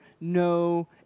no